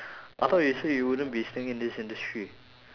I thought you said you wouldn't be staying in this industry